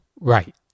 Right